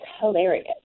hilarious